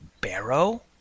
barrow